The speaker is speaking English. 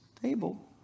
table